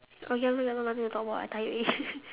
okay ya ya nothing to talk about I tired already